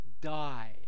die